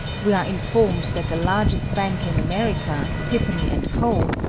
we are informed that the largest bank in america, tiffany and co,